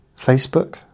Facebook